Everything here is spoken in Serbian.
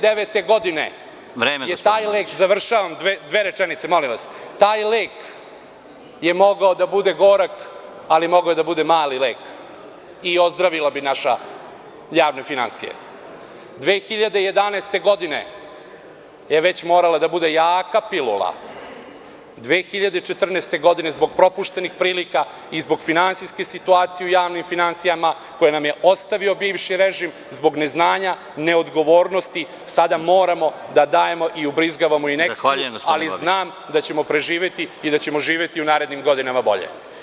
Godine 2009. je taj lek mogao da bude gorak, ali mali lek i ozdravile bi naše javne finansije, 2011. godine je već morala da bude jaka pilula, 2014. godine zbog propuštenih prilika i zbog finansijske situacije u javnim finansijama koje nam je ostavio bivši režim, zbog ne znanja, neodgovornosti sada moramo da dajemo i ubrizgavamo injekciju, ali znam da ćemo preživeti i da ćemo živeti u narednim godinama bolje.